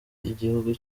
igihugu